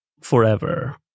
forever